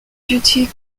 duty